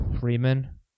Freeman